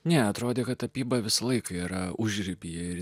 neatrodė kad tapyba visą laiką yra užribyje ir